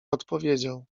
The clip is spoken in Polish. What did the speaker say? odpowiedział